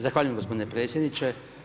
Zahvaljujem gospodine predsjedniče.